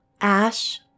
ash